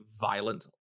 violent